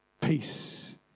peace